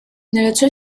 налицо